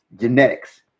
genetics